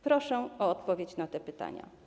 Proszę o odpowiedź na te pytania.